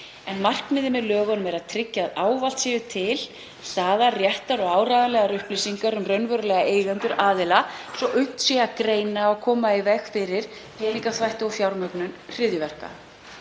en markmiðið með lögunum er að tryggja að ávallt séu til staðar réttar og áreiðanlegar upplýsingar um raunverulega eigendur aðila svo að unnt sé að greina og koma í veg fyrir peningaþvætti og fjármögnun hryðjuverka.